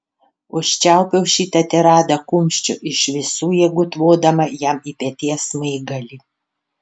užčiaupiau šitą tiradą kumščiu iš visų jėgų tvodama jam į peties smaigalį